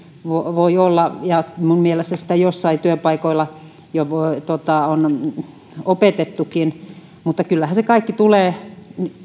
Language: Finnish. voi olla ja minun mielestäni sitä joissain työpaikoilla on opetettukin mutta kyllähän se kaikki tulee